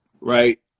right